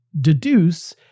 deduce